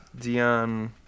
Dion